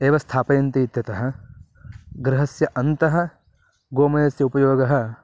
एव स्थापयन्ति इत्यतः गृहस्य अन्तः गोमयस्य उपयोगः